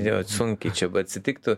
jo sunkiai čia atsitiktų